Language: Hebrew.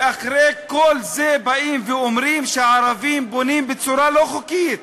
ואחרי כל זה באים ואומרים שהערבים בונים בצורה לא חוקית.